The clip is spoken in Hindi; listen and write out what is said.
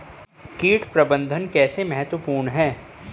कीट प्रबंधन कैसे महत्वपूर्ण है?